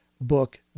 book